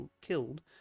killed